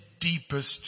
deepest